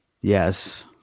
Yes